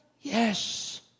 Yes